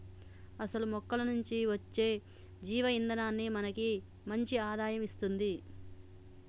అసలు మొక్కల నుంచి అచ్చే జీవ ఇందనాన్ని మనకి మంచి ఆదాయం ఇస్తుంది